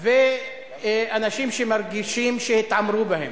אם אתם מתחלפים, צריך ליידע אותי.